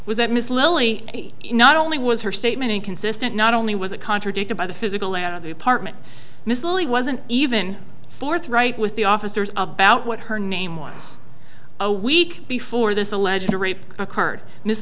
was that ms lily not only was her statement inconsistent not only was it contradicted by the physical layout of the apartment miss lily wasn't even forthright with the officers about what her name was a week before this alleged rape occurred miss